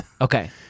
Okay